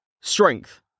Strength